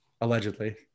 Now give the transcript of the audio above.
Allegedly